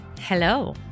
Hello